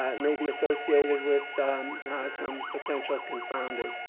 ah may be associated with some potential confounding.